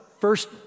first